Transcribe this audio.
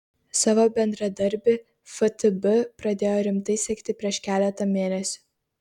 savo bendradarbį ftb pradėjo rimtai sekti prieš keletą mėnesių